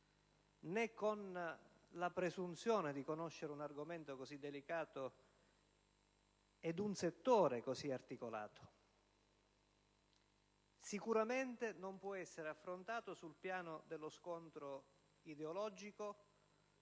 né con la presunzione di conoscere un argomento così delicato ed un settore così articolato. Sicuramente non può essere affrontato sul piano delle scontro ideologico